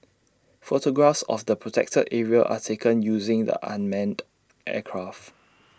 photographs of A protected area are taken using the unmanned aircraft